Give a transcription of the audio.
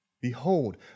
behold